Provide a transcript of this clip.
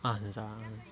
اہن حظ آ اہن حظ